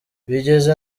bigeze